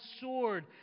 sword